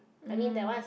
I mean that one is like